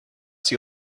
sie